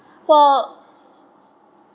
well